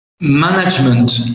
management